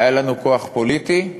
היה לנו כוח פוליטי,